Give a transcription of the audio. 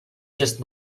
just